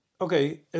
okay